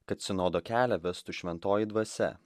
kad sinodo kelią vestų šventoji dvasia